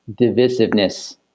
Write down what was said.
divisiveness